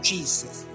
Jesus